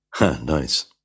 Nice